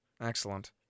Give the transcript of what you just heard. Excellent